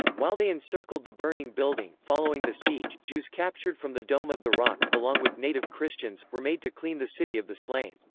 while they encircled the burning building. following the siege, jews captured from the dome of the rock, along with native christians, were made to clean the city of the slain.